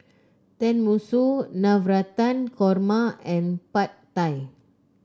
Tenmusu Navratan Korma and Pad Thai